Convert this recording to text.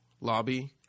lobby